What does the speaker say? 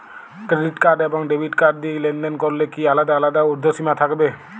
Credit card এবং debit card দিয়ে লেনদেন করলে কি আলাদা আলাদা ঊর্ধ্বসীমা থাকবে?